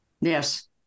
Yes